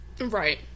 Right